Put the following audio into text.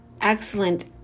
excellent